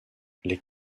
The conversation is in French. les